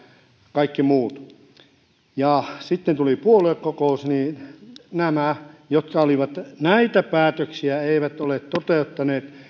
kaikki muut sitten tuli puoluekokous ja nämä jotka näitä päätöksiä eivät ole toteuttaneet